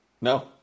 No